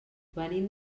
venim